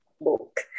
book